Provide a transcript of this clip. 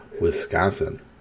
Wisconsin